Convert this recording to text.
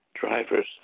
drivers